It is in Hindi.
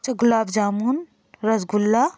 अच्छा गुलाब जामुन रसगुल्ला